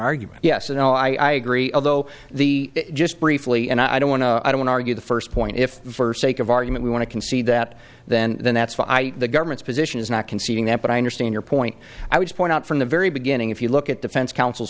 argument yes and no i agree although the just briefly and i don't want to i don't argue the first point if for sake of argument we want to concede that then that's the government's position is not conceding that but i understand your point i would point out from the very beginning if you look at defense counsel